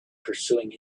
pursuing